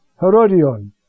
Herodion